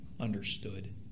understood